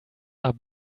are